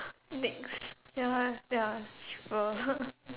Nyx ya ya sure